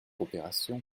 opérations